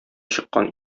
чыккан